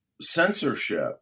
censorship